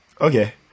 Okay